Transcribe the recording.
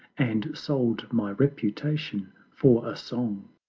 and sold my reputation for a song.